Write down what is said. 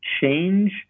change